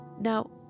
Now